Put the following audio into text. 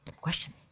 Question